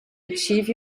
achieve